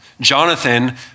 Jonathan